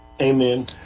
Amen